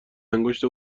انگشت